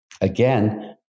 Again